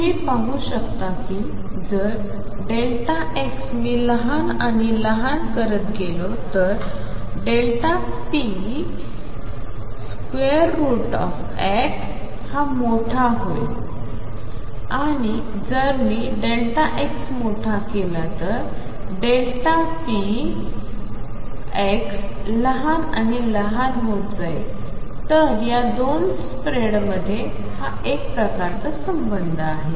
तुम्ही पाहू शकता कि जर Δx मी लहान आणि लहान करत गेलो तर Δp x हा मोठा होईल आणि जर मीΔx मोठा केला तर Δp x लहान आणि लहान होत जाईल तर या दोन स्प्रेड्समध्ये हा एक प्रकारचा संबंध आहे